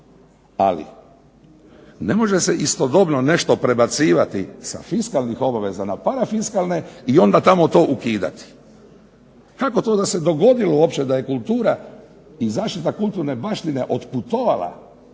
Ali ne može se istodobno nešto prebacivati sa fiskalnih obaveza na para fiskalne i onda tamo to ukidati. Kako to da se dogodilo uopće da je kultura i zaštita kulturne baštine otputovala